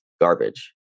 garbage